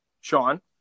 Sean